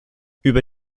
über